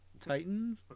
Titans